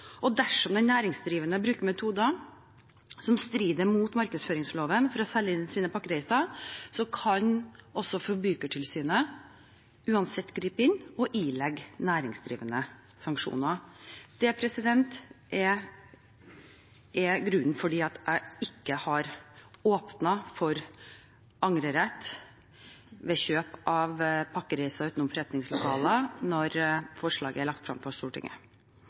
Dersom den næringsdrivende bruker metoder som strider mot markedsføringsloven, for å selge sine pakkereiser, kan Forbrukertilsynet uansett gripe inn og ilegge næringsdrivende sanksjoner. Det er grunnen til at jeg ikke har åpnet for angrerett ved kjøp av pakkereiser utenom faste forretningslokaler når forslaget er lagt frem for Stortinget.